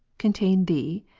contain thee?